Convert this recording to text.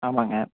ஆமாம்ங்க